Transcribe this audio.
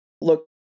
look